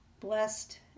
blessed